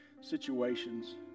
situations